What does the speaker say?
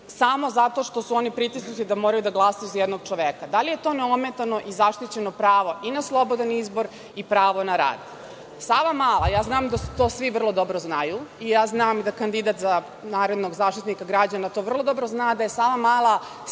samo zato što su oni pritisnuti da moraju da glasaju za jednog čoveka. Da li je to neometano i zaštićeno pravo i na slobodan izbor i pravo na rad.„Savamala“, ja znam da svi to vrlo dobro znaju i znam da kandidat za narednog Zaštitnika građana to vrlo dobro zna, da je „Savamala“ simbol